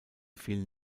vielen